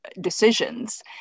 decisions